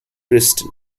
kristin